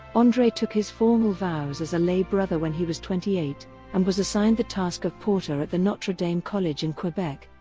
andre took his formal vows as a lay brother when he was twenty eight and was assigned the task of porter at the notre-dame college in quebec.